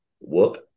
Whoop